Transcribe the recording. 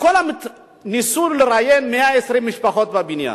ניסו לראיין 120 משפחות בבניין,